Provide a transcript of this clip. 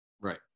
right